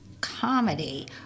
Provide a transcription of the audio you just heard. comedy